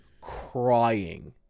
crying